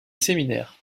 séminaire